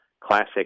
classic